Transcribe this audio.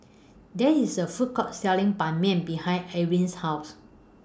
There IS A Food Court Selling Ban Mian behind Arlin's House